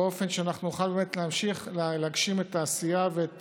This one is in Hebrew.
באופן שאנחנו נוכל רק להמשיך להגשים את העשייה ואת